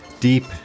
Deep